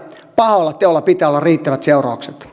pahalla teolla pitää olla riittävät seuraukset